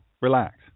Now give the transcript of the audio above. Relax